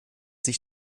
sich